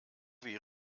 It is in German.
wie